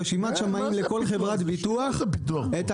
של רשימת השמאים לכל חברת ביטוח --- הוא גוף עסקי,